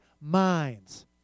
minds